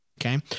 Okay